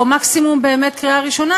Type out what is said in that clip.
או מקסימום בקריאה ראשונה,